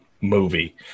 movie